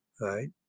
right